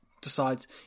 decides